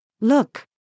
Look